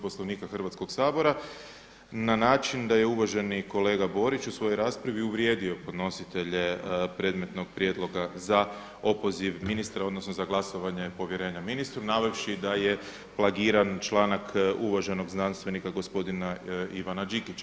Poslovnika Hrvatskog sabora na način da je uvaženi kolega Borić u svojoj raspravi uvrijedio podnositelje predmetnog prijedloga za opoziv ministra odnosno za glasovanje povjerenja ministru navevši da je plagiran članak uvaženog znanstvenika gospodina Ivana Đikića.